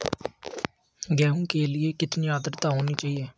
गेहूँ के लिए कितनी आद्रता होनी चाहिए?